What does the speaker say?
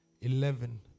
eleven